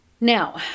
Now